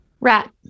Rat